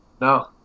No